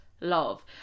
love